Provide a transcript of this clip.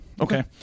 Okay